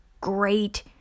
great